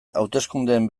hauteskundeen